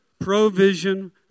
provision